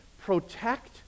protect